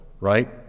right